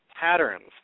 patterns